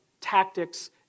tactics